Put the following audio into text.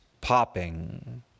popping